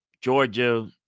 Georgia